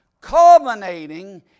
culminating